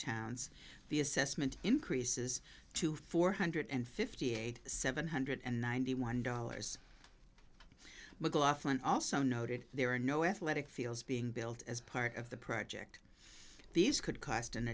towns the assessment increases to four hundred fifty eight seven hundred ninety one dollars mclaughlin also noted there are no athletic fields being built as part of the project these could cost an